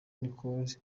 nicole